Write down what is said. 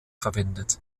verwendet